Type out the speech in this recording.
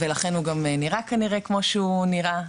ולכן הוא גם נראה כנראה כמו שהוא נראה,